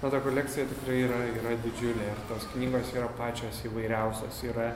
ta ta kolekcija tikrai didžiulė tos knygos yra pačios įvairiausios yra